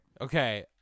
Okay